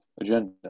agenda